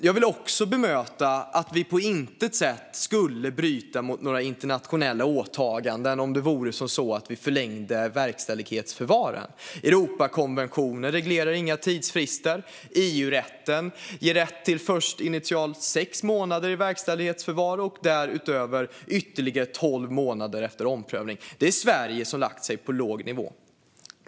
Jag vill också påpeka att vi på intet sätt skulle bryta mot några internationella åtaganden om vi förlängde verkställighetsförvaren. Europakonventionen reglerar inga tidsfrister och EU-rätten ger rätt till först initialt sex månader i verkställighetsförvar och därutöver ytterligare tolv månader efter omprövning. Det är Sverige som har lagt sig på en låg nivå.